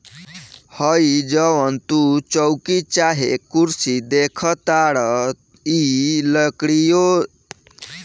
हइ जवन तू चउकी चाहे कुर्सी देखताड़ऽ इ लकड़ीये से न बनेला